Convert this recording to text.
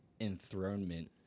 enthronement